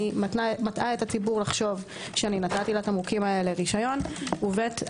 אני מטעה את הציבור לחשוב שנתתי לתמרוקים האלה רשיון ובי"ת,